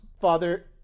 father